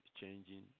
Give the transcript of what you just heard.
changing